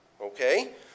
Okay